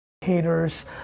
haters